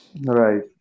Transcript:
Right